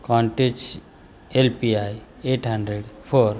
Countach L P I eight hundred four